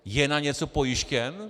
Je na něco pojištěn?